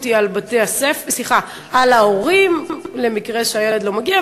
היא על ההורים במקרה שהילד לא מגיע,